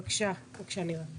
נירה, בבקשה.